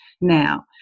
now